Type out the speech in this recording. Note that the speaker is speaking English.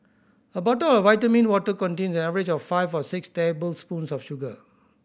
a bottle of vitamin water contains an average of five or six tablespoons of sugar